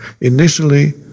initially